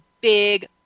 big